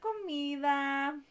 comida